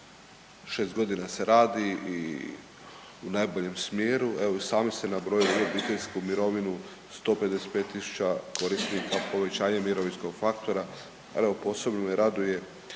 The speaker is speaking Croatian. već 6 godina se radi i u najboljem smjeru, evo i sami ste nabrojili i obiteljsku mirovinu 155.000 korisnika, povećanje mirovinskog faktora, ali evo posebno me raduje